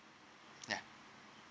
ya